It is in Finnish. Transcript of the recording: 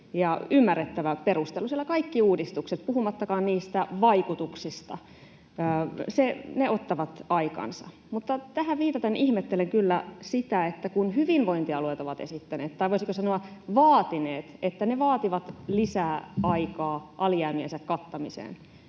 ja ymmärrettävä perustelu. Siellä kaikki uudistukset, puhumattakaan niistä vaikutuksista, ottavat aikansa. Mutta tähän viitaten ihmettelen kyllä sitä, että kun hyvinvointialueet ovat esittäneet tai, voisiko sanoa, vaatineet, ne vaativat lisää aikaa alijäämiensä kattamiseen,